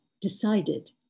decided